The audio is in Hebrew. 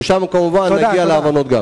ושם כמובן גם בו יגיעו להבנות.